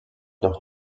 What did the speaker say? noch